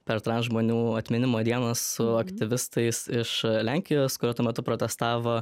per transžmonių atminimo dieną su aktyvistais iš lenkijos kurie tuo metu protestavo